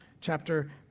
chapter